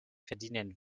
verdienen